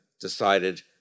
decided